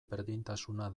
berdintasuna